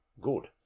good